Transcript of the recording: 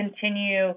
continue